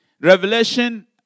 Revelation